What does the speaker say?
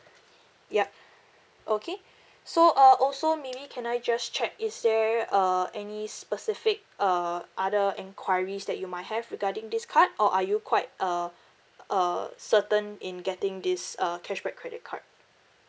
yup okay so uh also maybe can I just check is there uh any specific uh other enquiries that you might have regarding this card or are you quite uh uh certain in getting this uh cashback credit card